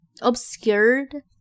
obscured